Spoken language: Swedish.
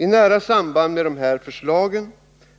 I nära samband med dessa förslag